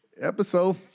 Episode